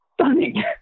stunning